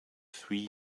three